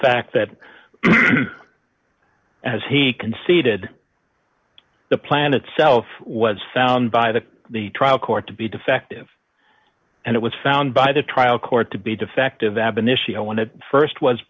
fact that as he conceded the plan itself was found by the the trial court to be defective and it was found by the trial court to be defective